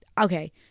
okay